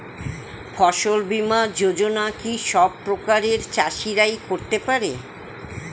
ফসল বীমা যোজনা কি সব প্রকারের চাষীরাই করতে পরে?